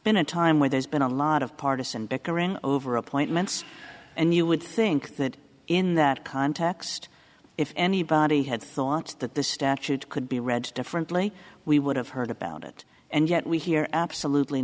been a time where there's been a lot of partisan bickering over appointments and you would think that in that context if anybody had thought that the statute could be read differently we would have heard about it and yet we hear absolutely